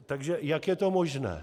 Takže jak je to možné?